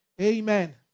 Amen